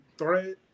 thread